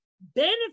benefit